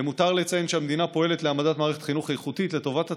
למותר לציין שהמדינה פועלת להעמדת מערכת חינוך איכותית לטובת התלמידים.